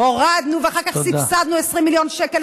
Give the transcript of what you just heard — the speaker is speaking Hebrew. הורדנו ואחר כך סבסדנו ב-20 מיליון שקל